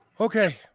Okay